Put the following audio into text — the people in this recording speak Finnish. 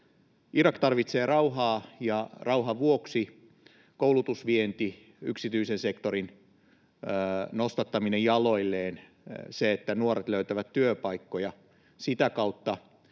Irak tarvitsee rauhaa ja rauhan vuoksi koulutusvientiä, yksityisen sektorin nostattamista jaloilleen — sitä kautta, että nuoret löytävät työpaikkoja, tarve